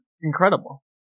incredible